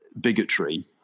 bigotry